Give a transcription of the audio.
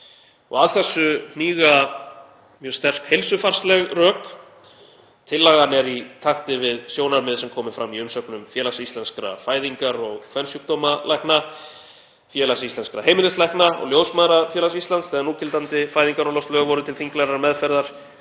Að þessu hníga mjög sterk heilsufarsleg rök. Tillagan er í takti við sjónarmið sem komu fram í umsögnum Félags íslenskra fæðingar- og kvensjúkdómalækna, Félags íslenskra heimilislækna og Ljósmæðrafélags Íslands þegar núgildandi fæðingarorlofslög voru til þinglegrar meðferðar